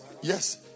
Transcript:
Yes